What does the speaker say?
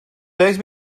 dez